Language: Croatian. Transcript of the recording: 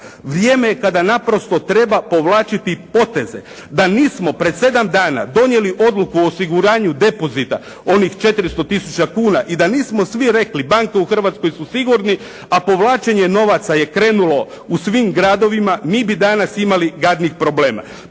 Vrijeme je kada naprosto treba povlačiti poteze. Da nismo pred sedam dana donijeli odluku o osiguranju depozita, onih 400 tisuća kuna i da nismo svi rekli banke u Hrvatskoj su sigurne, a povlačenje novaca je krenulo u svim gradovima, mi bi danas imali gadnih problema,